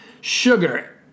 Sugar